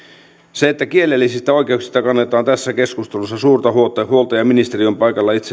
se että kielellisistä oikeuksista kannetaan tässä keskustelussa suurta huolta huolta ja ministeri on itse paikalla